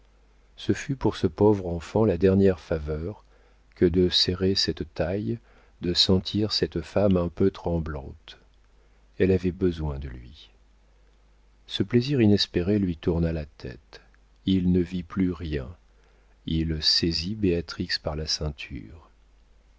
ce fut pour ce pauvre enfant la dernière faveur que de serrer cette taille de sentir cette femme un peu tremblante elle avait besoin de lui ce plaisir inespéré lui tourna la tête il ne vit plus rien il saisit béatrix par la ceinture